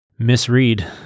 Misread